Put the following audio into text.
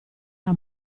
era